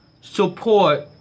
support